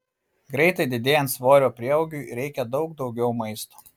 greitai didėjant svorio prieaugiui reikia daug daugiau maisto